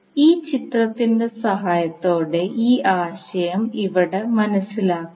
ഈ ചിത്രത്തിന്റെ സഹായത്തോടെ ഈ ആശയം ഇവിടെ മനസിലാക്കാം